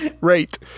Right